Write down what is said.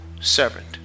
servant